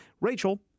Rachel